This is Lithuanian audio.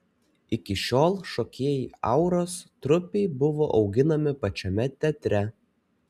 iki šiol šokėjai auros trupei buvo auginami pačiame teatre